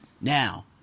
Now